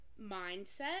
mindset